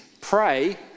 Pray